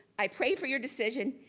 i pray for your decision.